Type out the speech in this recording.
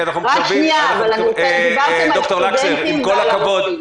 רק שנייה, אבל דיברתם על סטודנטים ועל הרופאים.